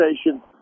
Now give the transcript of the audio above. station